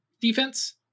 defense